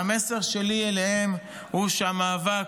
והמסר שלי אליהן הוא שהמאבק,